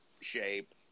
shape